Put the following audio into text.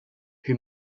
who